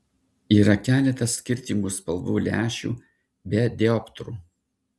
yra keletas skirtingų spalvų lęšių be dioptrų